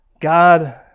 God